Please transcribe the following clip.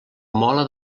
mola